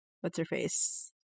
what's-her-face